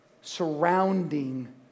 surrounding